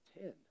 ten